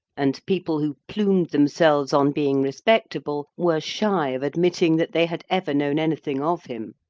and people who plumed themselves on being respectable were shy of admitting that they had ever known anything of him.